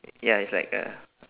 ya it's like a